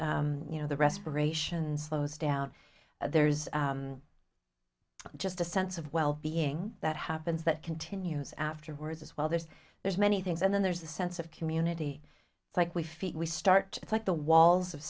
you know the respirations slows down there's just a sense of well being that happens that continues afterwards as well there's there's many things and then there's the sense of community it's like we feel we start it's like the walls of